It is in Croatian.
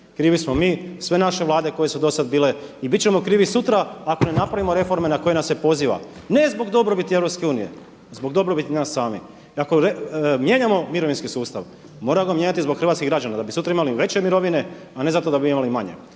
Krivi smo mi, sve naše vlade koje su do sada bile i bit ćemo krivi sutra ako ne napravimo reforme na koje nas se poziva ne zbog dobrobiti Europske unije. Zbog dobrobiti nas samih. I ako mijenjamo mirovinski sustav moramo ga mijenjati zbog hrvatskih građana da bi sutra imali veće mirovine, a ne da bi imali manje.